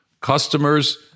customers